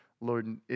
Lord